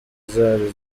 zari